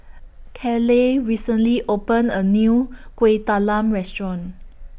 Caleigh recently opened A New Kueh Talam Restaurant